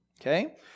okay